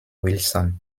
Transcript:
wilson